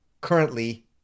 currently